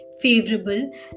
Favorable